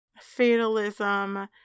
fatalism